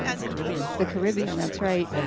um the caribbean. the caribbean, that's right.